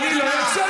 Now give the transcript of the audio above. אין שום